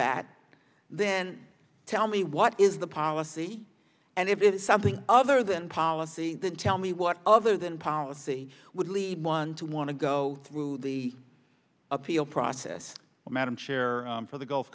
that then tell me what is the policy and if it's something other than policy then tell me what other than policy would lead one to want to go through the appeal process or madam chair for the gulf